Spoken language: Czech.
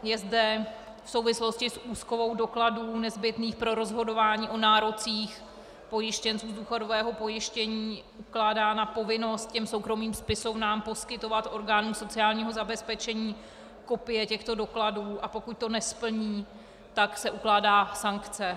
Je zde v souvislosti s úschovou dokladů nezbytných pro rozhodování o nárocích pojištěnců důchodového pojištění ukládána povinnost soukromým spisovnám poskytovat orgánům sociálního zabezpečení kopie těchto dokladů, a pokud to nesplní, tak se ukládá sankce.